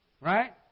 Right